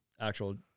actual